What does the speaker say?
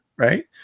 Right